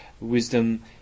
wisdom